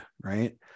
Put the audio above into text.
right